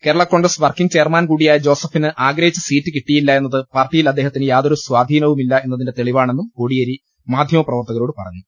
Kerala Congress working chairman കൂട്ടിയായ ജോസഫിന് ആഗ്ര ഹിച്ച സീറ്റ് കിട്ടിയില്ല എന്നത് പാർട്ടിയിൽ അദ്ദേഹത്തിന് യാതൊരു സ്വാധീനവുമില്ല എന്നതിന്റെ തെളിവാണെന്നും കോടിയേരി മാധ്യ മപ്രവർത്തകരോട് പറഞ്ഞു